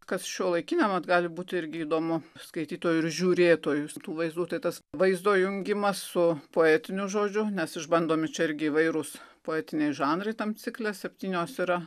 kas šiuolaikiniam vat gali būti irgi įdomu skaitytojui ir žiūrėtojui tų vaizdų tai tas vaizdo jungimas su poetiniu žodžiu nes išbandomi čia irgi įvairūs poetiniai žanrai tam cikle septynios yra